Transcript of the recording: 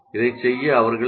இதைச் செய்ய அவர்கள் சி